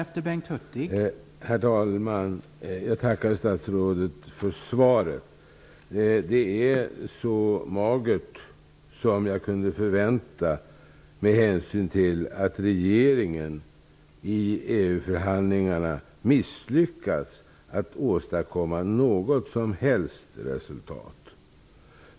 Herr talman! Jag tackar statsrådet Laurén för svaret. Det är så magert som jag kunde förvänta mig med hänsyn till att regeringen i EU förhandlingarna misslyckats att åstadkomma något som helst resultat.